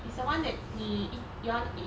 it's the one that you it you want it